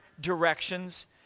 directions